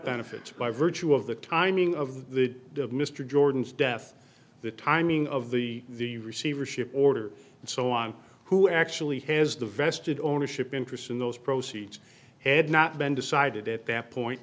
benefits by virtue of the timing of the of mr jordan's death the timing of the the receivership order and so on who actually has the vested ownership interest in those proceeds had not been decided at that point